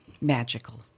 Magical